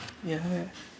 ya